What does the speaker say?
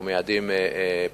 אנחנו מייעדים פרויקטים